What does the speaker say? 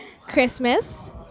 Christmas